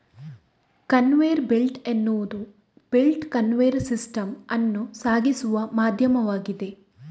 conveyor belt ಎನ್ನುವುದು belt conveyor system ಅನ್ನು ಸಾಗಿಸುವ ಮಾಧ್ಯಮವಾಗಿದೆ